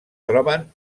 troben